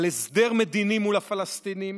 על הסדר מדיני מול הפלסטינים,